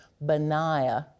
Benaiah